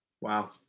Wow